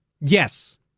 Yes